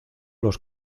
los